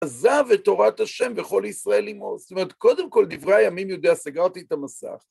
עזב את תורת השם וכל ישראל עמו, זאת אומרת, קודם כל, דברי הימים יודע, סגרתי את המסך.